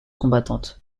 combattante